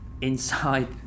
Inside